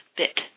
bit